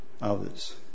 others